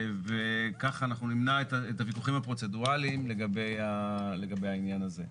וכך אנחנו נמנע את הוויכוחים הפרוצדורליים לגבי העניין הזה.